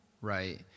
Right